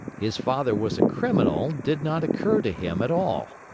his father was a criminal did not occur to him at all.